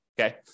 Okay